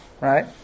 Right